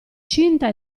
cinta